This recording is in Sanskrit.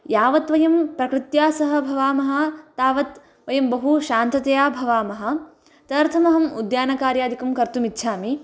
यावद्वयं प्रकृत्या सह भवामः तावत् वयं बहु शान्ततया भवामः तदर्थमहम् उद्यानाकार्यादिकं कर्तुमिच्छामि